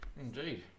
Indeed